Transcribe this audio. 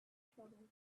trouble